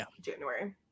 January